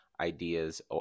ideas